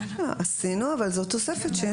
עשינו אבל זאת תוספת.